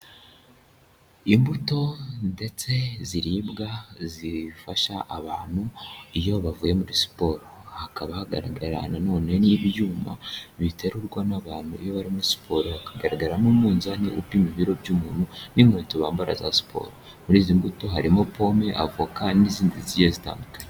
Imbuto ndetse ziribwa zifasha abantu iyo bavuye muri siporo, hakaba hagaragara na none n'ibyuma biterurwa n'abantu iyo bari muri siporo, hakagaragaramo umunzani upima ibiro by'umuntu n'inkweto bambara za siporo. Muri izi mbuto harimo pome avoka n'izindi zigiye zitandukanye.